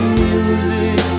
music